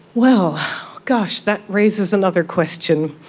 well gosh, that raises another question.